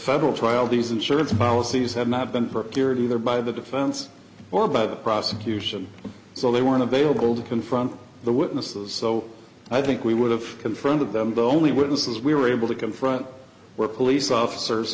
federal trial these insurance policies had not been procured either by the defense or by the prosecution so they weren't available to confront the witnesses so i think we would have confronted them the only witnesses we were able to confront were police officers